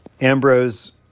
Ambrose